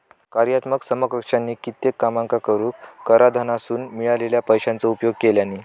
कार्यात्मक समकक्षानी कित्येक कामांका करूक कराधानासून मिळालेल्या पैशाचो उपयोग केल्यानी